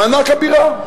מענק הבירה.